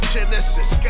Genesis